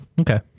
Okay